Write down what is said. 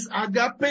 agape